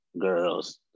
Girls